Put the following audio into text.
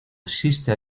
existe